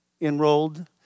enrolled